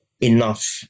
enough